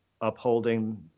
upholding